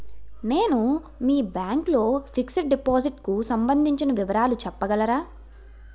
నేను మీ బ్యాంక్ లో ఫిక్సడ్ డెపోసిట్ కు సంబందించిన వివరాలు చెప్పగలరా?